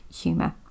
humour